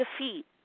defeat